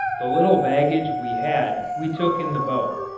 the little baggage we had we took in the boat.